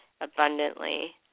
abundantly